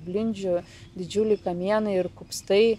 blindžių didžiuliai kamienai ir kupstai